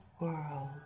world